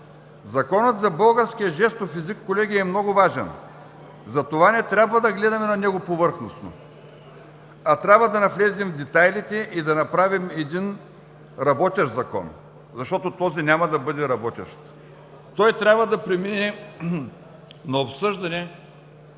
Законът за българския жестов език, колеги, е много важен и затова не трябва да гледаме на него повърхностно, а трябва да навлезем в детайлите и да направим един работещ закон, защото този няма да бъде работещ. Той трябва да премине на обсъждане